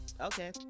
okay